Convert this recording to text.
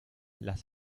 las